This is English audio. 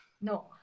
No